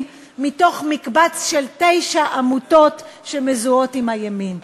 בתוך מקבץ של תשע עמותות שמזוהות עם הימין.